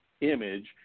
image